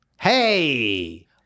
Hey